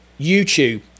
YouTube